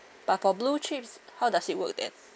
but for blue chips how does it work then